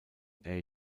age